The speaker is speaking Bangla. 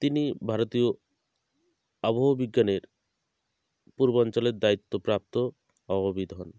তিনি ভারতীয় আবহ বিজ্ঞানের পূর্বাঞ্চলের দায়িত্বপ্রাপ্ত আবহাওয়াবিদ হন